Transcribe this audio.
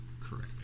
Correct